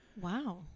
wow